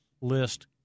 list